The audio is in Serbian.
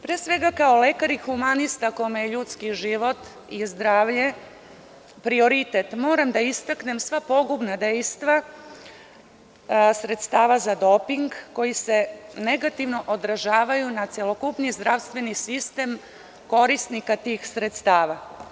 Pre svega, kao lekar i kao humanista, kome je ljudski život i zdravlje prioritet, moram da istaknem sva pogubna dejstva sredstava za doping koji se negativno odražavaju na celokupni zdravstveni sistem korisnika tih sredstava.